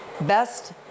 best